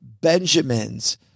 benjamins